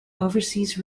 overseas